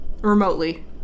Remotely